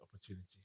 opportunity